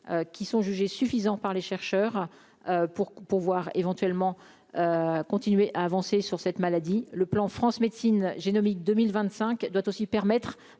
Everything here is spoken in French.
qui sont jugés suffisants par les chercheurs pour pourvoir éventuellement continuer à avancer sur cette maladie, le plan France médecine génomique 2025 doit aussi permettre